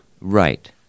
Right